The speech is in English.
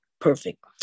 perfect